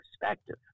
perspective